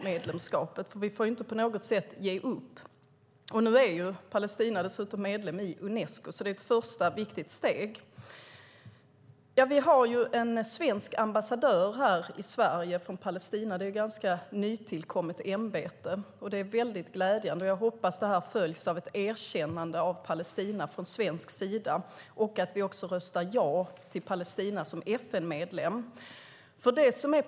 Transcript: Vi får ju inte på något sätt ge upp. Palestina är nu medlem i Unesco, vilket är ett första viktigt steg. Vi har i Sverige en ambassadör från Palestina; det är ett ganska nytt ämbete. Det är glädjande. Jag hoppas att det följs av ett erkännande av Palestina från svensk sida och att vi röstar ja till Palestina som FN-medlem.